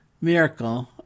miracle